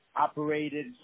operated